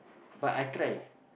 but I try